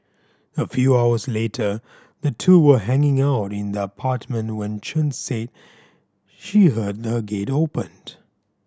a few hours later the two were hanging out in the apartment when Chen said she heard a gate open